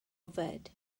yfed